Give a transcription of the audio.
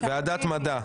ועדת מדע,